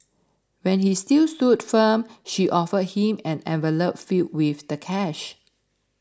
when he still stood firm she offered him an envelope filled with the cash